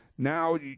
Now